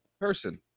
person